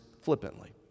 flippantly